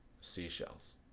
seashells